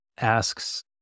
asks